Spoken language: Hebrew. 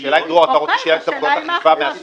השאלה אם אתה רוצה שיהיו לו סמכויות אכיפה מהסוג